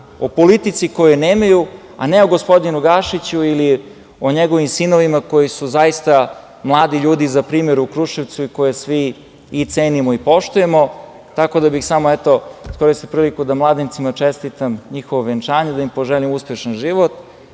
o politici koju nemaju, a ne o gospodinu Gašiću ili o njegovim sinovima koji su zaista mladi ljudi za primer u Kruševcu i koje svi i cenimo i poštujemo. Iskoristio bih priliku da mladencima čestitam njihovo venčanje i da im poželim uspešan život,